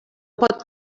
pot